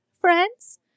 Friends